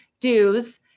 dues